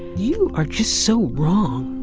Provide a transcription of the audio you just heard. you are just so wrong,